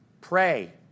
pray